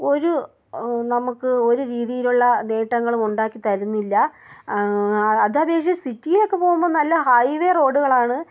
ഒരു നമുക്ക് ഒരു രീതിയിലുള്ള നേട്ടങ്ങളും ഉണ്ടാക്കി തരുന്നില്ല അത് അപേക്ഷിച്ച് സിറ്റിയിലൊക്കെ പോകുമ്പോൾ നല്ല ഹൈവേ റോഡുകളാണ്